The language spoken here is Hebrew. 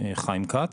חיים כץ.